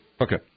Okay